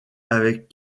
avec